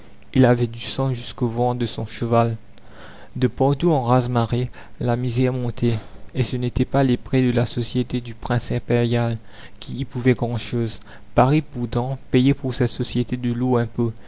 il avait du sang jusqu'au ventre de son cheval de partout en raz marée la misère montait et ce n'étaient pas les prêts de la société du prince impérial qui y pouvaient grand'chose paris pourtant payait pour cette société de lourds impôts et